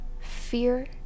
fear